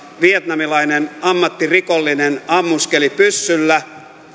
vietnamilainen ammattirikollinen ammuskeli pyssyllä